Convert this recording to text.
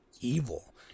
evil